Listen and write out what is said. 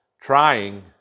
trying